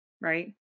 Right